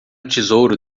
tesouro